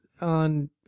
on